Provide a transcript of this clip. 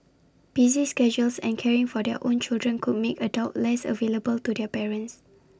busy schedules and caring for their own children could make adult less available to their parents